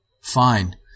Fine